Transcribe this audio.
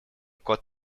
кот